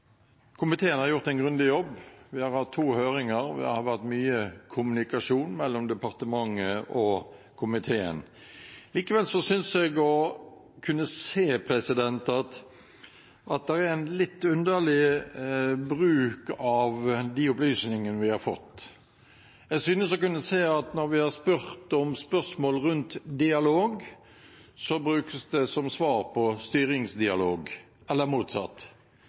Komiteen har gjort en grundig jobb. Vi har hatt to høringer, og det har vært mye kommunikasjon mellom departementet og komiteen. Likevel synes jeg å kunne se at det er en litt underlig bruk av de opplysningene vi har fått. Jeg synes å kunne se at når vi har stilt spørsmål rundt dialog, så brukes det som svar på styringsdialog, eller motsatt.